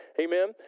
Amen